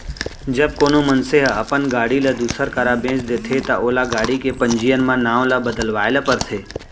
जब कोनो मनसे ह अपन गाड़ी ल दूसर करा बेंच देथे ता ओला गाड़ी के पंजीयन म नांव ल बदलवाए ल परथे